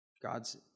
God's